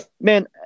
man –